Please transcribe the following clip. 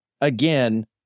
again